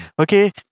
Okay